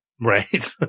Right